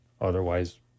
Otherwise